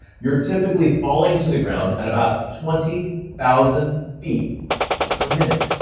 you're typically falling to the ground at about twenty thousand feet per minute.